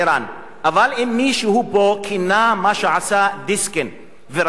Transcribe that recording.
אבל אם מישהו פה כינה מה שעשה דיסקין וראשי זרועות הביטחון